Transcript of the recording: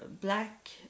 black